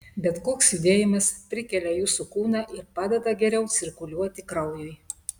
bet koks judėjimas prikelia jūsų kūną ir padeda geriau cirkuliuoti kraujui